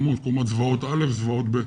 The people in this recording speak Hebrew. זוועות א' וזוועת ב'.